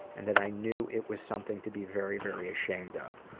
and that i knew it was something to be very, very ashamed of.